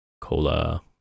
Cola